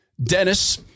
Dennis